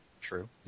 True